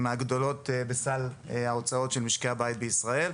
מהגדולות בסל ההוצאות של משקי הבית בישראל,